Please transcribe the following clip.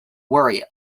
worry